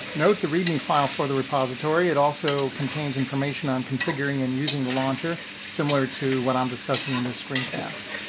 note, the read me file for the repository it also contains information on configuring and using the launcher similar to what i'm discussing in the screen cast.